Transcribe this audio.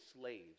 slaves